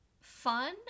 fun